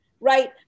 Right